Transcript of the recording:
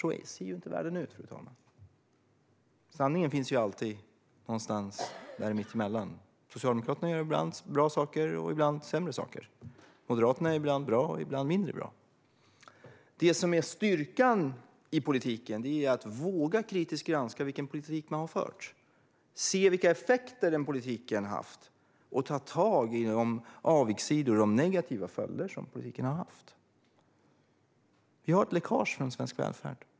Så ser ju inte världen ut, fru talman. Sanningen finns alltid någonstans mitt emellan. Socialdemokraterna gör ibland bra saker, ibland sämre saker. Moderaterna är ibland bra, ibland mindre bra. Det som är styrkan i politiken är att man vågar kritiskt granska vilken politik man har fört, se vilka effekter den politiken har haft och ta tag i dess avigsidor och negativa följder. Vi har ett läckage från svensk välfärd.